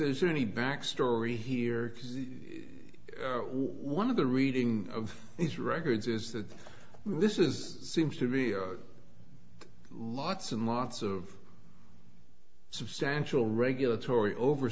is there any backstory here one of the reading of these records is that this is seems to be lots and lots of substantial regulatory over